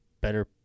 better